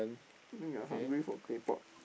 I mean you are hungry for claypot